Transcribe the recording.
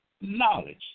knowledge